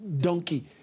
donkey